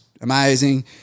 Amazing